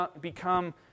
become